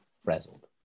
frazzled